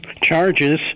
charges